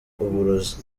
uburozi